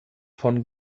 von